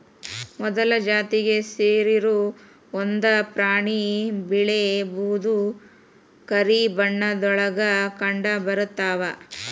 ಮೊಲದ ಜಾತಿಗೆ ಸೇರಿರು ಒಂದ ಪ್ರಾಣಿ ಬಿಳೇ ಬೂದು ಕರಿ ಬಣ್ಣದೊಳಗ ಕಂಡಬರತಾವ